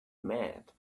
mad